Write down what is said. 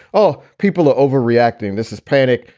oh, people are overreacting. this is panic.